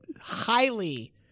highly